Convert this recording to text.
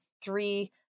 three